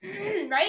right